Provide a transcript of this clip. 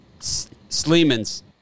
Sleemans